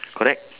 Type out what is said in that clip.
correct